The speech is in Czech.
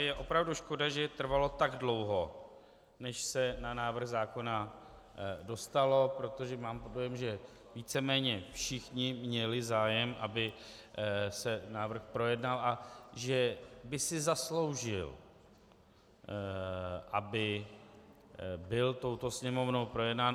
Je opravdu škoda, že trvalo tak dlouho, než se na návrh zákona dostalo, protože mám dojem, že víceméně všichni měli zájem, aby se návrh projednal, a že by si zasloužil, aby byl touto sněmovnou projednán.